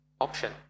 option